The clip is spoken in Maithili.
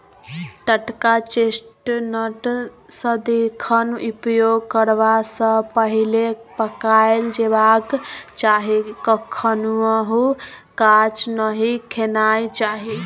टटका चेस्टनट सदिखन उपयोग करबा सँ पहिले पकाएल जेबाक चाही कखनहुँ कांच नहि खेनाइ चाही